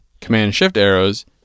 Command-Shift-Arrows